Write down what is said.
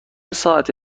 ساعتی